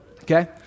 okay